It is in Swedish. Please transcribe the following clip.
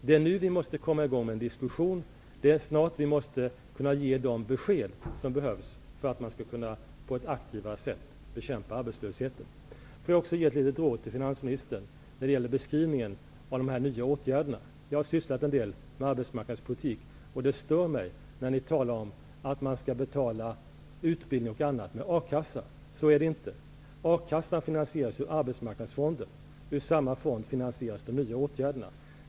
Det är nu som vi måste komma i gång med en diskussion, och vi måste snart kunna ge de besked som behövs för att man aktivare skall kunna bekämpa arbetslösheten. Får jag också ge ett litet råd till finansministern när det gäller beskrivningen av de nya åtgärderna. Jag har sysslat en del med arbetsmarknadspolitik, och det stör mig när ni talar om att man skall betala utbildning och annat med A-kassemedel. Så är det inte. A-kassan finansieras via Arbetsmarknadsfonden, och de nya åtgärderna finansieras via samma fond.